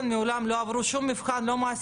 כשהפעלת המערך נעשית על ידי המנגנון של מועצה